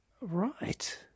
Right